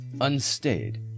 unstayed